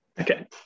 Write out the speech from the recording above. Okay